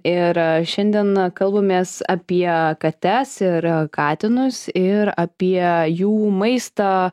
ir šiandien kalbamės apie kates ir katinus ir apie jų maistą